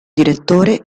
direttore